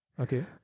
okay